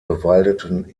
bewaldeten